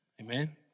Amen